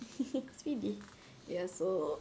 speedy ya so